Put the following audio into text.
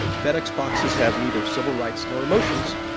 fed ex boxes have neither civil rights nor emotions.